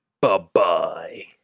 Bye-bye